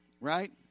right